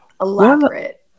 elaborate